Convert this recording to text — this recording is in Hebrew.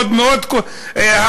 עוד מאות הרוגים,